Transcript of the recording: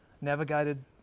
navigated